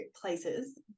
places